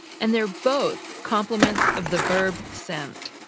and they're both complements of the verb sent.